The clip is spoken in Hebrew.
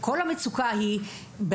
כל המצוקה היא,